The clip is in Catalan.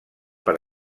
per